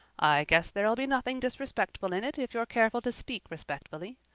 i guess there'll be nothing disrespectful in it if you're careful to speak respectfully.